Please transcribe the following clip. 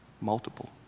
Multiple